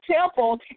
temple